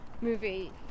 movie